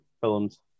films